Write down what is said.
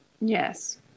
Yes